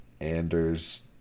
anders